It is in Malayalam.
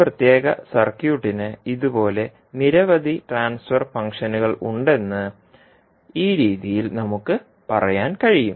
ഒരു പ്രത്യേക സർക്യൂട്ടിന് ഇതുപോലെ നിരവധി ട്രാൻസ്ഫർ ഫംഗ്ഷനുകൾ ഉണ്ടെന്ന് ആ രീതിയിൽ നമുക്ക് പറയാൻ കഴിയും